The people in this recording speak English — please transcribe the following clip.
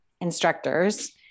instructors